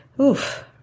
Oof